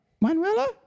Manuela